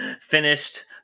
finished